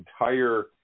entire